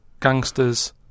gangsters